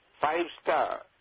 five-star